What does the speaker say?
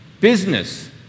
business